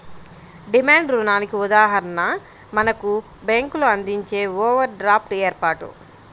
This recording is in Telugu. డిమాండ్ రుణానికి ఉదాహరణ మనకు బ్యేంకులు అందించే ఓవర్ డ్రాఫ్ట్ ఏర్పాటు